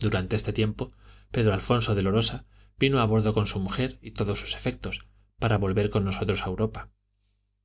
durante este tiempo pedro alfonso de lorosa vino a bordo con su mujer y todos sus efectos para volver con nosotros a europa